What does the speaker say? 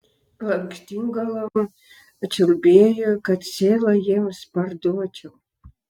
lakštingalom čiulbėjo kad sielą jiems parduočiau